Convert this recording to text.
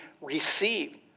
receive